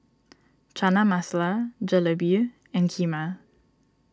Chana Masala Jalebi and Kheema